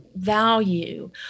value